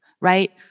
right